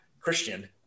Christian